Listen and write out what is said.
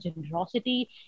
generosity